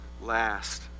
last